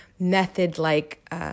method-like